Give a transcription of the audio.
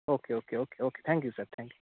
okay okay okay okay thank you sir thank you